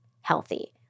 healthy